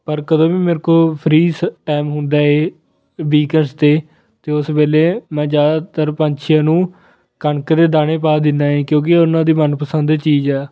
ਪਰ ਜਦੋਂ ਵੀ ਮੇਰੇ ਕੋਲ ਫਰੀ ਸ ਟਾਇਮ ਹੁੰਦਾ ਹੈ ਵੀਕਐਂਸ 'ਤੇ ਤਾਂ ਉਸ ਵੇਲੇ ਮੈਂ ਜ਼ਿਆਦਾਤਰ ਪੰਛੀਆਂ ਨੂੰ ਕਣਕ ਦੇ ਦਾਣੇ ਪਾ ਦਿੰਦਾ ਏ ਕਿਉਂਕਿ ਉਹਨਾਂ ਦੀ ਮਨਪਸੰਦ ਚੀਜ਼ ਆ